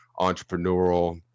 entrepreneurial